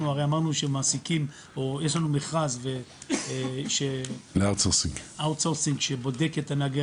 אנחנו אמרנו שיש לנו מכרז אאוט סורסינג שבודק את נהגי